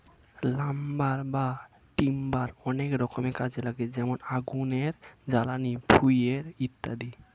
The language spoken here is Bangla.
লাম্বার বা টিম্বার অনেক রকমের কাজে লাগে যেমন আগুনের জ্বালানি, ফুয়েল ইত্যাদি